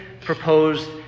proposed